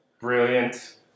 brilliant